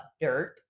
Dirt